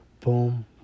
boom